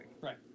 Right